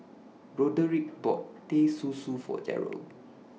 Roderic bought Teh Susu For Darrel